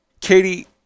Katie